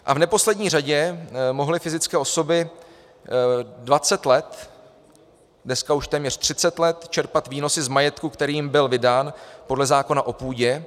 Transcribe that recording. V neposlední řadě mohly fyzické osoby 20 let, dneska už téměř 30 let čerpat výnosy z majetku, který jim byl vydán podle zákona o půdě.